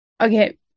Okay